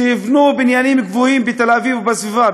שיבנו בניינים גבוהים בתל-אביב ובסביבה,